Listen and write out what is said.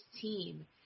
team